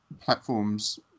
platforms